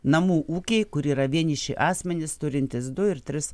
namų ūkiai kur yra vieniši asmenys turintys du ir tris